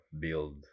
build